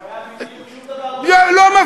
זה היה בדיוק,